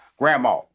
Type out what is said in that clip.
grandma